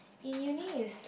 in uni it's